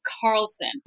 Carlson